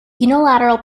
unilateral